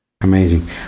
Amazing